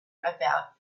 about